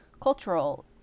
cultural